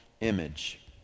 image